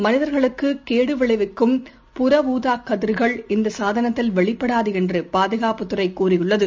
மனிதர்களுக்குகேடுவிளைவிக்கும் புற ஊதாகதிர்கள் இந்தசாதனத்தில் வெளிப்படாதுஎன்றுபாதுகாப்புத் துறைதெரிவித்துள்ளது